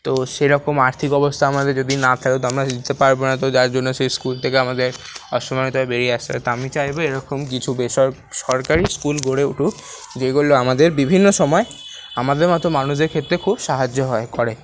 তো সেরকম আর্থিক অবস্থা আমাদের যদি না থাকে তো আমরা দিতে পারব না তো যার জন্য সেই স্কুল থেকে আমাদের অসম্মানিত হয়ে বেরিয়ে আসতে হবে তো আমি চাইব এরকম কিছু বেসরকা সরকারি স্কুল গড়ে উঠুক যেগুলো আমাদের বিভিন্ন সময় আমাদের মতো মানুষদের ক্ষেত্রে খুব সাহায্য হয় করে